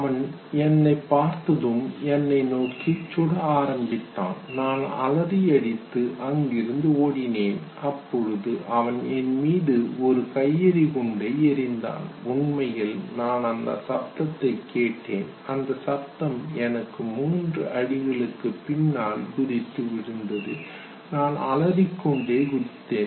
அவன் என்னைப் பார்த்ததும் என்னை நோக்கி சுட ஆரம்பித்தான் நான் அலறி அடித்து அங்கிருந்து ஓடினேன் அப்போது அவன் என் மீது ஒரு கையெறி குண்டு எறிந்தான் உண்மையில் நான் அந்த சப்தத்தை கேட்டேன் அந்த சப்தம் எனக்கு மூன்று அடிகள் பின்னால் குதித்து விழுந்தது நான் அலறிக்கொண்டு குதித்தேன்